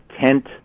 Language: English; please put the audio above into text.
tent